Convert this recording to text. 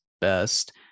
best